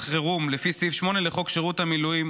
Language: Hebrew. חירום לפי סעיף 8 לחוק שירות המילואים